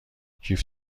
کیف